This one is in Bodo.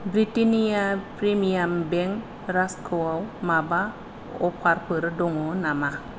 ब्रिटेन्निया प्रिमियाम बेक रास्कआव माबा अफारफोर दङ नामा